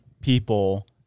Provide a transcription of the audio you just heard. people